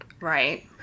Right